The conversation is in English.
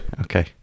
Okay